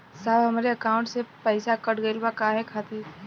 साहब हमरे एकाउंट से पैसाकट गईल बा काहे खातिर?